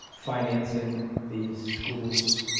financing these schools,